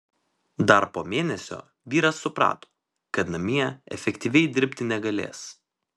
dar po mėnesio vyras suprato kad namie efektyviai dirbti negalės